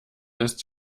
ist